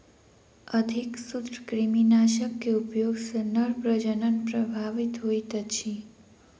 अधिक सूत्रकृमिनाशक के उपयोग सॅ नर प्रजनन प्रभावित होइत अछि